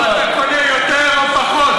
בשכר מינימום אתה קונה יותר או פחות?